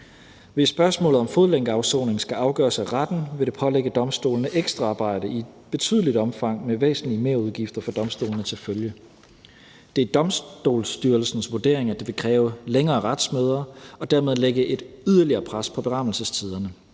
Hvis spørgsmålet om fodlænkeafsoning skal afgøres af retten, vil det pålægge domstolene ekstraarbejde i et betydeligt omfang med væsentlige merudgifter for domstolene til følge. Det er Domstolsstyrelsens vurdering, at det vil kræve længere retsmøder og dermed lægge et yderligere pres på berammelsestiderne.